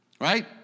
Right